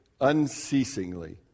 unceasingly